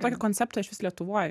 tokį konceptą išvis lietuvoj